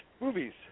movies